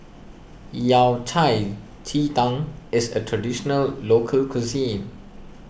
Yao Cai Ji Tang is a Traditional Local Cuisine